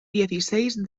dieciséis